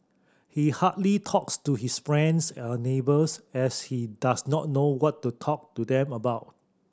he hardly talks to his friends or neighbours as he does not know what to talk to them about